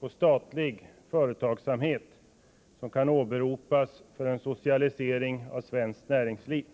på statlig företagsamhet som kan åberopas för en socialisering av svenskt näringsliv.